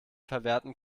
verwerten